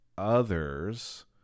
others